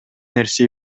нерсе